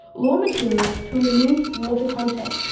raw materials to remove water content,